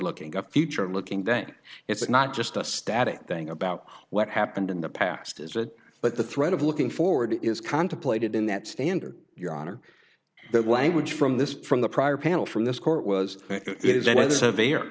looking a future looking then it's not just a static thing about what happened in the past is it but the threat of looking forward is contemplated in that standard your honor that language from this from the prior panel from this court was